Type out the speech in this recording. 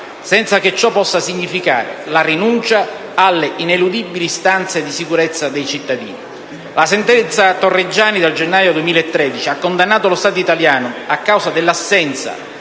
senza che ciò possa significare la rinuncia alle ineludibili istanze di sicurezza dei cittadini. La sentenza Torreggiani del gennaio 2013 ha condannato lo Stato italiano a causa dell'assenza,